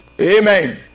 Amen